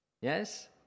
Yes